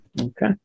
Okay